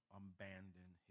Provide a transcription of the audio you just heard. abandon